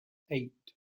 eight